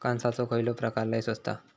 कणसाचो खयलो प्रकार लय स्वस्त हा?